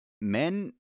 Men